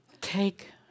Take